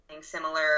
similar